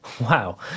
Wow